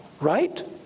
right